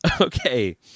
Okay